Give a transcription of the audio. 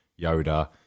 Yoda